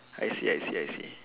I see I see I see